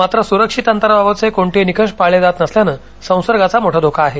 मात्र सुरक्षित अंतराबाबतचे कोणतेही निकष पाळले जात नसल्यानं संसर्गाचा मोठा धोका आहे